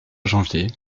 janvier